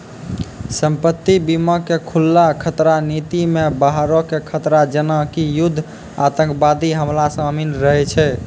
संपत्ति बीमा के खुल्ला खतरा नीति मे बाहरो के खतरा जेना कि युद्ध आतंकबादी हमला शामिल रहै छै